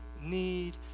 need